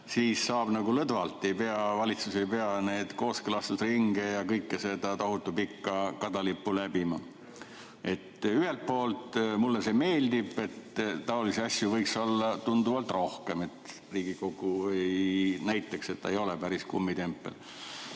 minna nagu lõdvalt, valitsus ei pea neid kooskõlastusringe tegema ja seda tohutu pikka kadalippu läbima. Ühelt poolt mulle see meeldib. Taolisi asju võiks olla tunduvalt rohkem, et Riigikogu näitaks, et ta ei ole päris kummitempel.